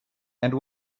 and